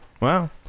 Wow